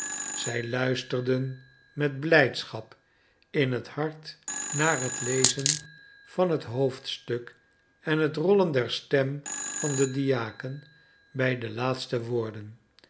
zij luisterden met blijdschap in het hart naar het lezen van het hoofdstuk en het rollen der stem van den diaken bij de laatste woorden